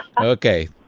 Okay